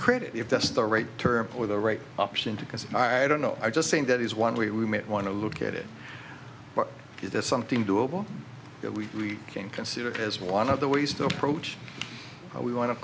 credit if that's the right term for the right option two because i don't know i just think that is one way we might want to look at it but it is something doable that we can consider as one of the ways to approach how we want to